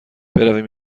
برویم